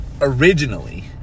Originally